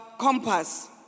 compass